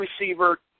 receiver